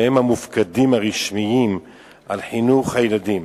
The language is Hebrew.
שהם המופקדים הרשמיים על חינוך הילדים.